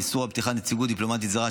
איסור על פתיחת נציגות דיפלומטית זרה),